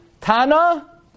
tana